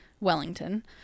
Wellington